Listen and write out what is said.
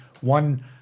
one